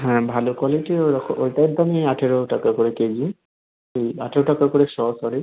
হ্যাঁ ভালো কোয়ালিটির ওই রকম ওটার দাম এই আঠেরো টাকা করে কেজি ওই আঠেরো টাকা করে শ সরি